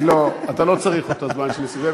אתה לא צריך את הזמן של נסים זאב,